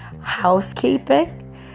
housekeeping